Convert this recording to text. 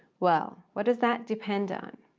well, what does that depend on?